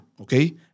Okay